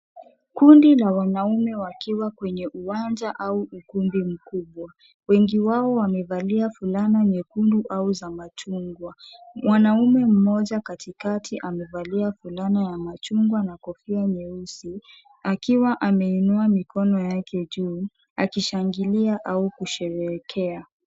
Kundi la wanaume wakiwa kwenye uwanja au ukumbi mkubwa. Wengi wao wamevalia fulana nyekundu au za machungwa. Mwanaume mmoja katikati amevalia fulana ya machungwa na kofia nyeusi, akiwa ameinua mikono yake juu akishangilia au kusherehekea.